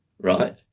right